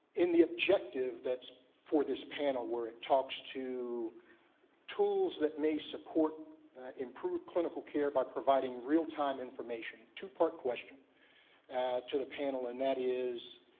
in the objective for this panel where it talks to tools that may support improved clinical care by providing real-time information, two-part question to the panel and that is,